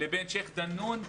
לבין שייח' דנון,